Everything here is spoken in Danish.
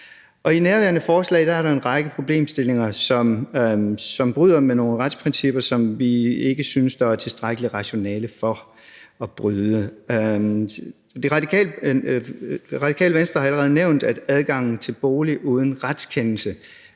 I nærværende forslag er der en række problemstillinger, som bryder med nogle retsprincipper, som vi ikke synes der er et tilstrækkeligt rationale for at bryde. Radikale Venstre har allerede nævnt adgangen til bolig uden retskendelse.